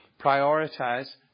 prioritize